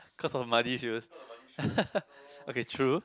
cause of muddy shoes okay true